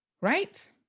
right